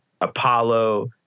Apollo